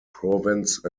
province